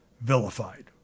vilified